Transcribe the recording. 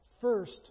first